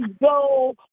go